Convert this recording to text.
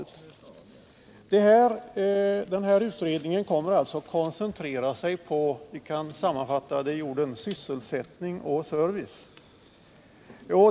Den här utredningen kommer alltså att koncentrera sig på vad som kan sammanfattas i orden sysselsättning och service.